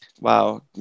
Wow